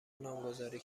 نامگذاری